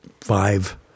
five